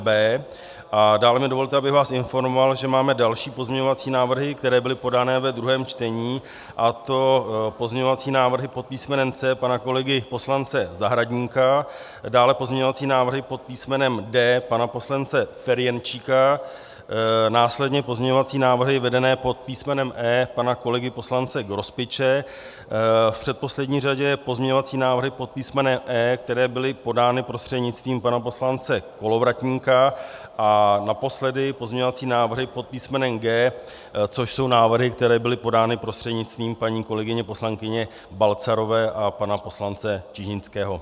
A dále mi dovolte, abych vás informoval, že máme další pozměňovací návrhy, které byly podané ve druhém čtení, a to pozměňovací návrhy pod písmenem C pana kolegy poslance Zahradníka, dále pozměňovací návrhy pod písmenem D pana poslance Ferjenčíka, následně pozměňovací návrhy vedené pod písmenem E pana kolegy poslance Grospiče, v předposlední řadě pozměňovací návrhy pod písmenem F, které byly podány prostřednictvím pana poslance Kolovratníka, a naposledy pozměňovací návrhy pod písmenem G, což jsou návrhy, které byly podány prostřednictvím paní kolegyně poslankyně Balcarové a pana poslance Čižinského.